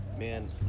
man